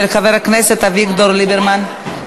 של חבר הכנסת אביגדור ליברמן,